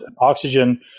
oxygen